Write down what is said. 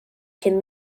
cyn